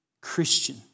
Christian